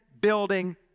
building